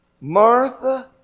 Martha